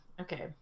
Okay